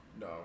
No